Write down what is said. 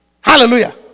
Hallelujah